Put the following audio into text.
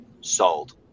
sold